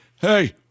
hey